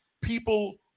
people